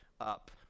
up